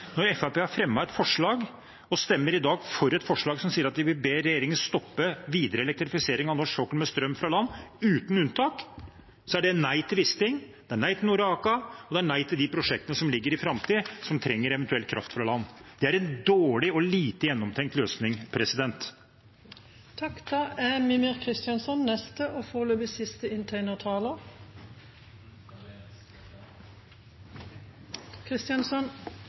Når Fremskrittspartiet har fremmet og stemmer for et forslag som sier at de vil be regjeringen stoppe videre elektrifisering av norsk sokkel med strøm fra land uten unntak, så er det nei til Wisting, det er nei til NOAKA og det er nei til de prosjektene som ligger i framtiden, og som eventuelt trenger kraft fra land. Det er en dårlig og lite gjennomtenkt løsning. Her virker det som om noen ikke bare har nisseluen nedover øynene, men også over ørene, fordi både statsråd Aasland og